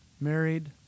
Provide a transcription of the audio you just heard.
married